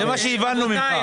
זה מה שהבנו ממך.